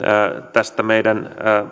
tästä meidän